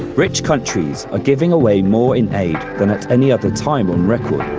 rich countries are giving away more in aid than at any other time on record.